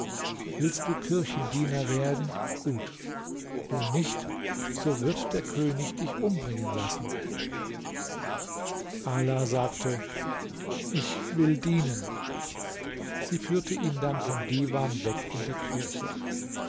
willst du kirchendiener werden gut wo nicht so wird der könig dich umbringen lassen ala sagte ich will dienen sie führte ihn dann vom divan weg in die kirche